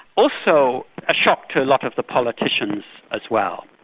also a shock to a lot of the politicians as well.